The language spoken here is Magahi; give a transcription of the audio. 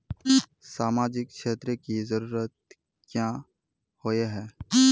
सामाजिक क्षेत्र की जरूरत क्याँ होय है?